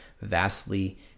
vastly